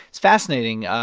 it's fascinating.